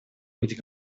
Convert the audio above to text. быть